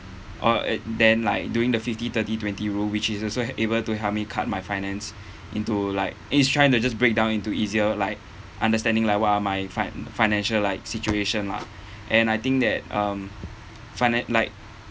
or and then like doing the fifty thirty twenty rule which is also able to help me cut my finance into like it's trying to just break down into easier like understanding like what are my fi~ financial like situation lah and I think that um finan~ like